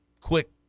Quick